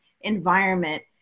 environment